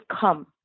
come